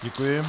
Děkuji.